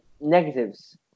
negatives